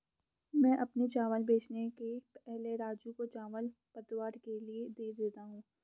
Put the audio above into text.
मैं अपने चावल बेचने के पहले राजू को चावल पतवार के लिए दे देता हूं